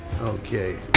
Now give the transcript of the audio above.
Okay